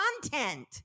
content